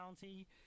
County